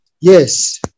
Yes